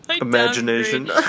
imagination